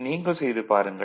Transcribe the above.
நீங்கள் செய்து பாருங்கள்